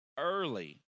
early